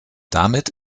damit